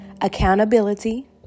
Accountability